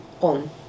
on